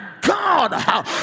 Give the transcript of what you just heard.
God